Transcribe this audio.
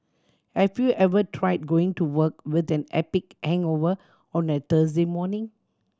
have you ever tried going to work with an epic hangover on a Thursday morning